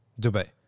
Dubai